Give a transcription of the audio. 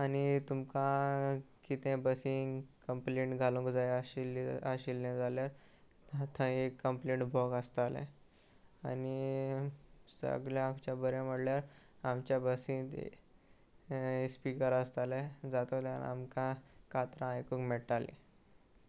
आनी तुमकां कितें बसीन कंम्प्लेंट घालूंक जाय आशिल्ले आशिल्लें जाल्यार थंय एक कंम्प्लेंट बॉक्स आसतालें आनी सगल्यांच्या बरें म्हणल्यार आमच्या बसीन स्पिकर आसताले जातूंतल्यान आमकां कातरां आयकूंक मेळटालीं